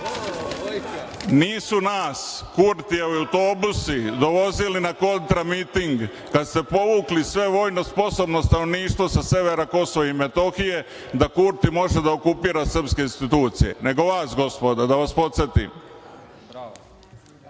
nas Kurtijevi autobusi dovozili na kontramiting, kada ste povukli sve vojno sposobno stanovništvo sa severa Kosova i Metohije, da Kurti može da okupira srpske institucije, nego vas, gospodo, da vas podsetim.